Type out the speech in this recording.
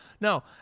No